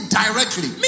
directly